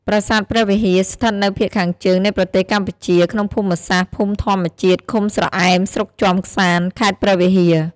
ប្រាសាទព្រះវិហារ ស្ថិតនៅភាគខាងជើងនៃប្រទេសកម្ពុជាក្នុងភូមិសាស្ត្រ ភូមិធម្មជាតិ ឃុំស្រអែម ស្រុកជាំក្សាន្ត ខេត្តព្រះវិហារ។